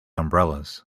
umbrellas